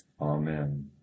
Amen